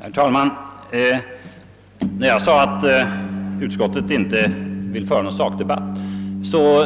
Herr talman! När jag sade att utskottet inte vill föra någon sakdebatt